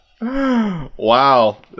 Wow